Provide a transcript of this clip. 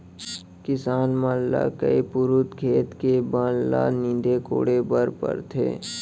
किसान मन ल कई पुरूत खेत के बन ल नींदे कोड़े बर परथे